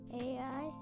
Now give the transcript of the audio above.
AI